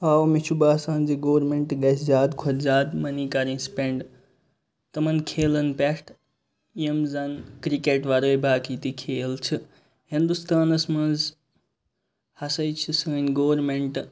آو مےٚ چھُ باسان زِ گورمٮ۪نٛٹ گژھِ زیادٕ کھۄتہٕ زیادٕ مٔنی کَرٕنۍ سِپٮ۪نٛڈ تِمَن کھیلَن پٮ۪ٹھ یِم زَنہٕ کِرٛکَٹ وَرٲے باقٕے تہِ کھیل چھِ ہِنٛدُستانَس منٛز ہسَے چھِ سٲنۍ گورمنٹ